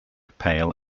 pale